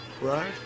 Right